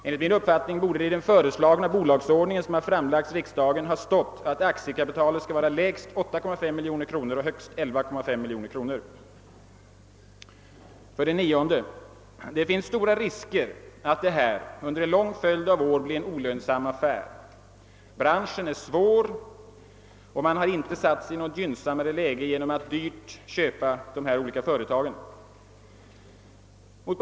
Enligt min uppfattning borde det i det förslag till bolagsordning som framlagts för riksdagen ha stått att aktiekapitalet skall vara lägst 8,5 miljoner kronor och högst 11,5 miljoner kronor. 9. Det finns stora risker för att detta under en lång följd av år blir en olönsam affär. Branschen är svår, och man har inte satt sig i något gynnsammare läge genom att betala de köpta företagen dyrt.